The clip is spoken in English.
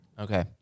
Okay